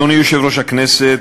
אדוני יושב-ראש הכנסת,